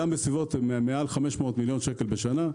מוערך במעל 500 מיליון ₪ בשנה.